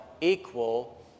equal